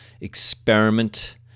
experiment